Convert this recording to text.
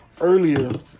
earlier